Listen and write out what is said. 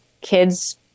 kids